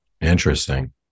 Interesting